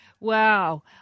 Wow